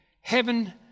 heaven